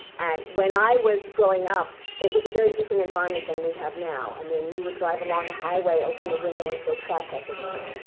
and when i was growing up, it was a very different environment than we have now. i mean you would drive along the highway, open your window, and throw trash out the window.